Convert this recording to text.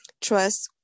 Trust